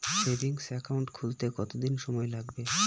Savings account খুলতে কতদিন সময় লাগে?